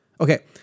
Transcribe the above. Okay